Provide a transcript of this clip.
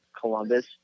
Columbus